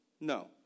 No